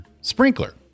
sprinkler